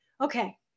okay